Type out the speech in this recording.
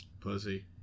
Pussy